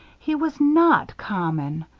he was not common.